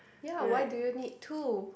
ya why do you need two